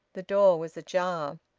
the door was ajar.